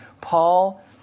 paul